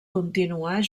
continuar